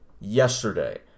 yesterday